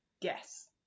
Yes